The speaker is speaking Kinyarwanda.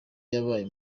yabaye